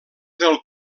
del